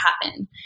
happen